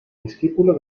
discípulo